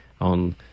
on